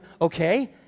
Okay